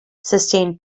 sustained